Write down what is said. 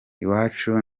iwacu